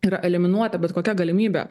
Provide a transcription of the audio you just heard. yra eliminuota bet kokia galimybė